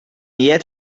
yet